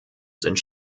sind